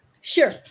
Sure